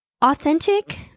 authentic